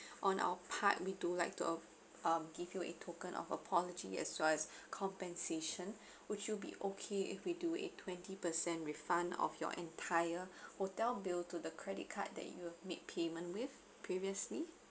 on our part we do like to uh um give you a token of apology as well as compensation would you be okay if we do a twenty percent refund of your entire hotel bill to the credit card that you've made payment with previously